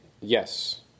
Yes